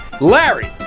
Larry